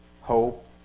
Hope